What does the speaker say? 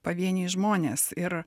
pavieniai žmonės ir